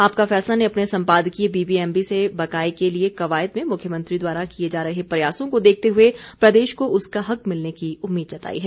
आपका फैसला ने अपने सम्पादकीय बीबीएमबी से बकाये के लिये कवायद में मुख्यमंत्री द्वारा किये जा रहे प्रयासों को देखते हुए प्रदेश को उसका हक मिलने की उम्मीद जताई है